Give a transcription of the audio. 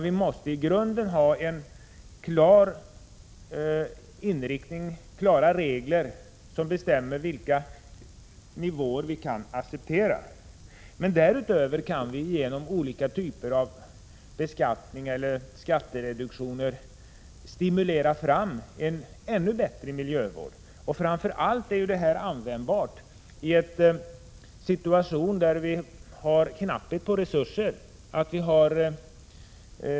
Vi måste i grunden ha en klar inriktning och klara regler för vilka nivåer vi kan acceptera. Därutöver kan vi genom olika typer av beskattning och skattereduktioner stimulera fram en ännu bättre miljövård. Framför allt är detta användbart i situationer där resurserna är knappa.